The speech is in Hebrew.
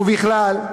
ובכלל,